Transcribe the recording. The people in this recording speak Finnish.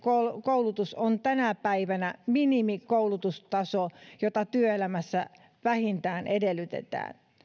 koulutus on tänä päivänä minimikoulutustaso jota työelämässä vähintään edellytetään